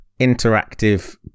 interactive